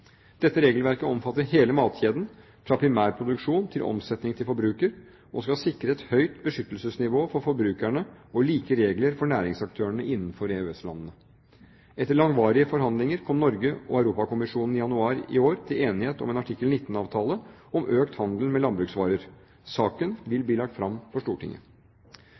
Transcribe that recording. Dette regelverket omfatter hele matkjeden, fra primærproduksjon til omsetning til forbruker, og skal sikre et høyt beskyttelsesnivå for forbrukerne og like regler for næringsaktørene innenfor EØS-landene. Etter langvarige forhandlinger kom Norge og Europakommisjonen i januar i år til enighet om en artikkel 19-avtale om økt handel med landbruksvarer. Saken vil bli lagt fram for Stortinget.